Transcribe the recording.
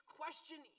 question